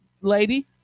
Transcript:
lady